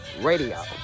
radio